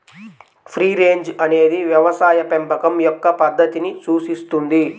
free range అనేది వ్యవసాయ పెంపకం యొక్క పద్ధతిని సూచిస్తుంది